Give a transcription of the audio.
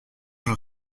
j’en